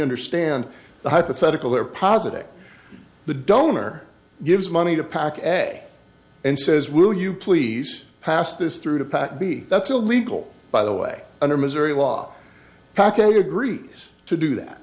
understand the hypothetical are positive the donor gives money to pack and says will you please pass this through to pack b that's illegal by the way under missouri law how can you agree to do that